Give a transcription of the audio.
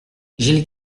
gilles